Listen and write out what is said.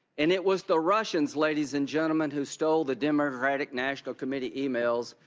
and it was the russians, ladies and gentlemen, who stole the democratic national committee emails,